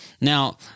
Now